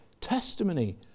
testimony